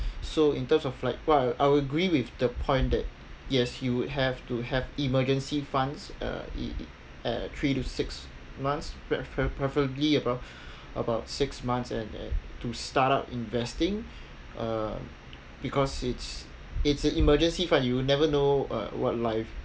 so in terms of like while I agree with the point that yes you have to have emergency funds uh at three to six months pref~ preferably about about six months and and to start out investing uh because it's it's an emergency fund you will never know uh what life